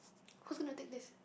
who's gonna take this